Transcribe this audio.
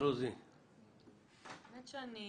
באתי